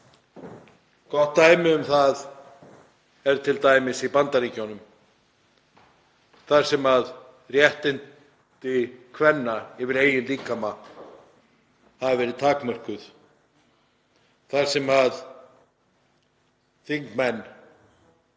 Gott dæmi um það er t.d. Bandaríkin þar sem réttindi kvenna yfir eigin líkama hafa verið takmörkuð, þar sem þingmenn